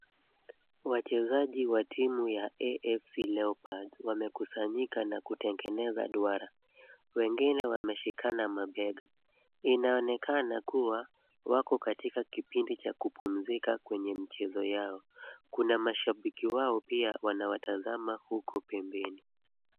Wachezaji wa timu ya AFC leopards wamekusanyika na kutengeneza duara, wengine wameshikana mabega. Inaonekana kuwa wako katika kipindi cha kupumzika kwenye michezo yao . Kuna mashabiki wao pia wanawatazama huko pembeni.